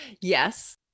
Yes